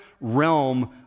realm